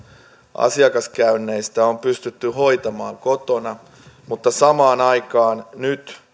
asiakaskäynneistä on pystytty hoitamaan kotona mutta samaan aikaan nyt